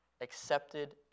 accepted